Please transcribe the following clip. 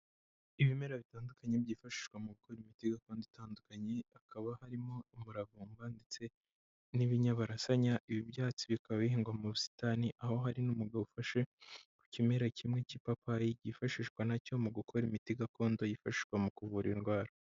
Ibimera bitandukanye byifashishwa mu gukora imiti gakondo itandukanye, hakaba harimo umuravumba ndetse n'ibinyabarasanya, ibi byatsi bikaba bihingwa mu busitani, aho hari n'umugabo ufashe ku kimera kimwe cy'ipapayi cyifashishwa nacyo mu gukora imiti gakondo yifashishwa mu kuvura indwara.